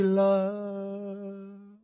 love